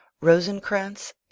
Rosencrantz